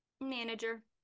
Manager